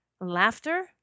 laughter